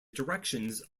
directions